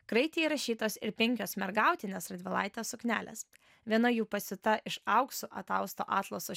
kraityje įrašytos ir penkios mergautinės radvilaitės suknelės viena jų pasiūta iš auksu atausto atlaso